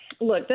Look